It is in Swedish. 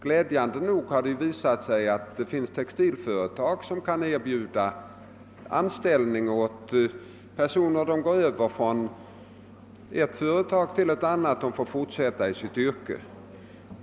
Glädjande nog har det visat sig att det finns textilföretag som kan erbjuda anställning. En del personer kan alltså gå över från ett företag till ett annat och fortsätta i sitt yrke.